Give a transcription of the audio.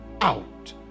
out